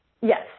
Yes